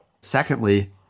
Secondly